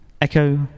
Echo